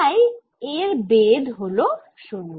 তাই এর বেধ হল 0